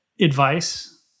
advice